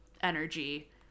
energy